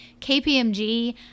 KPMG